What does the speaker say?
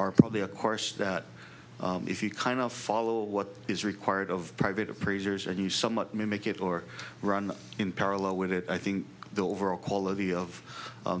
are probably a course that if you kind of follow what is required of private appraisers and you somewhat mimic it or run in parallel with it i think the overall quality of